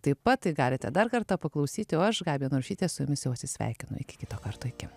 taip pat galite dar kartą paklausyti o aš gabija narušytė su jumis jau atsisveikinu iki kito karto iki